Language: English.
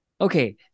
Okay